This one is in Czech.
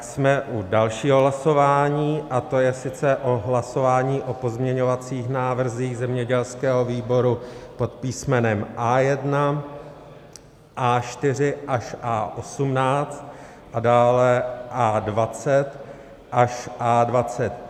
Jsme u dalšího hlasování a je to hlasování o pozměňovacích návrzích zemědělského výboru pod písmenem A1, A4 až A18 a dále A20 až A23.